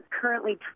currently